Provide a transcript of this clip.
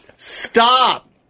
Stop